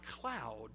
cloud